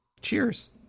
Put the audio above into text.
Cheers